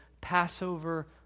Passover